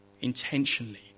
Intentionally